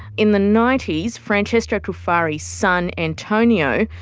in the ninety s, francesco cufari's son, antonio,